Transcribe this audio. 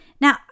Now